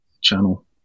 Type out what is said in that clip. channel